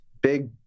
Big